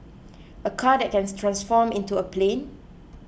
a car that can transform into a plane